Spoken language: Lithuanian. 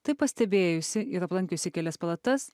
tai pastebėjusi ir aplankiusi kelias palatas